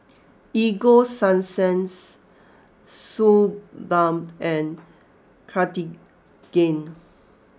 Ego sunsense Suu Balm and Cartigain